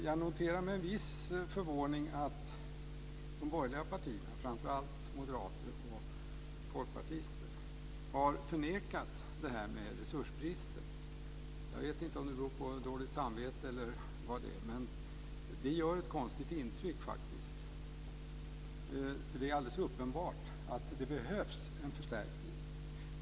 Jag noterar med viss förvåning att de borgerliga partierna, framför allt moderater och folkpartister, har förnekat resursbristen. Jag vet inte om det beror på dåligt samvete eller vad det är, men det gör faktiskt ett konstigt intryck. Det är alldeles uppenbart att det behövs en förstärkning.